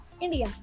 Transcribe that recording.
India